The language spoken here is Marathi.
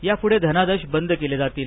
यापुढे धनादेश बंद केले जातील